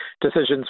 decisions